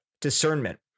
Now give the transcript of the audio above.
discernment